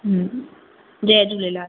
Jay Jhulelal